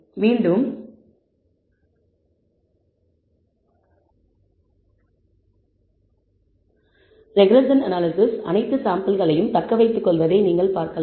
மீண்டும் regression analysis அனைத்து சாம்பிள்களையும் தக்க வைத்துக் கொள்வதை நீங்கள் பார்க்கலாம்